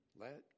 let